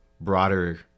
broader